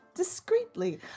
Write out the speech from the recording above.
discreetly